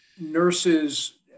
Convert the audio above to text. nurses